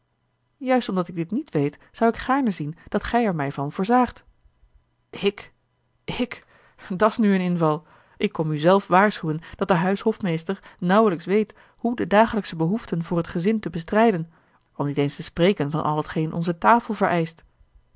juist omdat ik dit niet weet zou ik gaarne zien dat gij er mij van voorzaagt ik ik dat's nu een inval ik kom u zelf waarschuwen dat de huishofmeester nauwelijks weet hoe de dagelijksche behoeften voor het gezin te bestrijden om niet eens te spreken van al t geen onze tafel vereischt